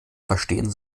verstehen